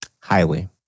Highly